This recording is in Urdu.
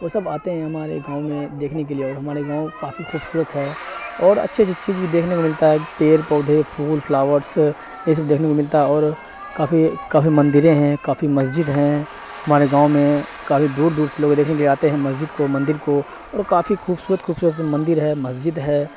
وہ سب آتے ہیں ہمارے گاؤں میں دیکھنے کے لیے اور ہمارے گاؤں کافی خوبصورت ہے اور اچھی اچھی چیز بھی دیکھنے کو ملتا ہے پیڑ پودے پھول پھلاورس یہ سب دیکھنے کو ملتا ہے اور کافی کافی مندریں ہیں کافی مسجد ہیں ہمارے گاؤں میں کافی دور دور سے لوگ دیکھنے کے لیے آتے ہیں مسجد کو مندر کو اور کافی خوبصورت خوبصورت مندر ہے مسجد ہے